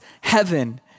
heaven